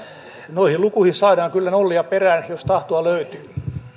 noihin lukuihin saadaan kyllä nollia perään jos tahtoa löytyy